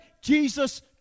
Jesus